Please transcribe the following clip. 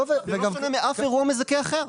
לא שונה מאף אירוע מזכה אחר.